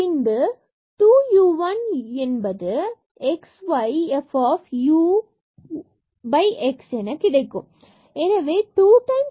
பின்பு 2 u 1 u 1 x y f y u x கிடைக்கும்